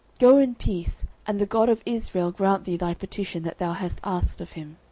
go in peace and the god of israel grant thee thy petition that thou hast asked of him.